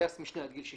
טייס משנה עד גיל 65,